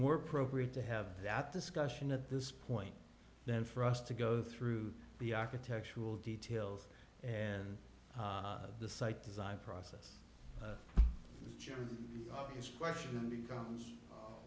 more appropriate to have that discussion at this point then for us to go through the architectural details and the site design process general obvious question becomes